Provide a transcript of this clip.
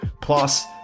Plus